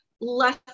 less